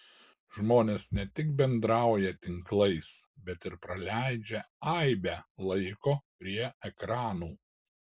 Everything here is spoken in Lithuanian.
žmonės ne tik bendrauja tinklais bet ir praleidžia aibę laiko prie ekranų